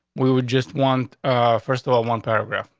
we would just want first of all, one paragraph.